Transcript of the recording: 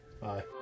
Bye